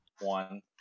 One